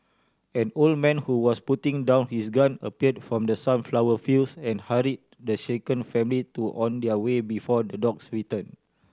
an old man who was putting down his gun appeared from the sunflower fields and hurry the shaken family to on their way before the dogs return